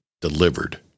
delivered